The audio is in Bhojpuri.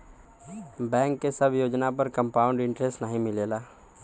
बैंक के सब योजना पर कंपाउड इन्टरेस्ट नाहीं मिलला